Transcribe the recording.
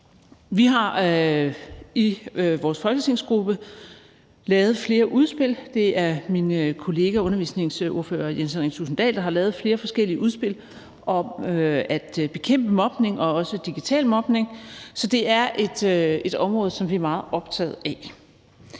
Vi har i vores folketingsgruppe lavet flere udspil. Det er min kollega, undervisningsordfører Jens Henrik Thulesen Dahl, der har lavet flere forskellige udspil om at bekæmpe mobning, også digital mobning, så det er et område, som vi er meget optaget af.